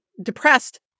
Depressed